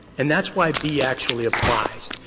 and that's why b actually applies,